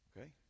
Okay